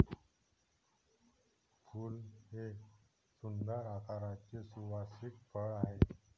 फूल हे सुंदर आकाराचे सुवासिक फळ आहे